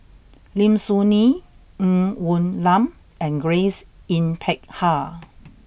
Lim Soo Ngee Ng Woon Lam and Grace Yin Peck Ha